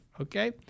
okay